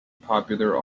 popular